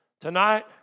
Tonight